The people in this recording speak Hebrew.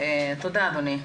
תודה אדוני.